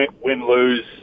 win-lose